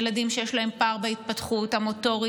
ילדים שיש להם פער בהתפתחות המוטורית,